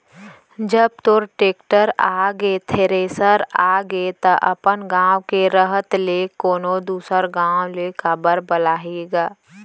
जब तोर टेक्टर आगे, थेरेसर आगे त अपन गॉंव म रहत ले कोनों दूसर गॉंव ले काबर बलाही गा?